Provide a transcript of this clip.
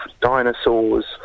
dinosaurs